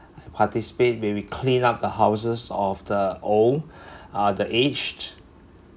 participate when we clean up the houses of the old uh the aged